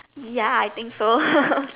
ya I think so